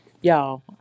y'all